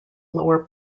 lower